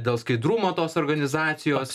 dėl skaidrumo tos organizacijos